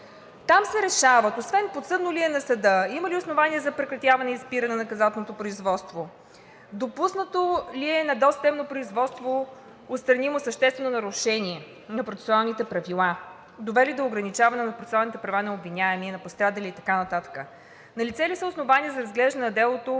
Там се решават, освен подсъдно ли е на съда, има ли основание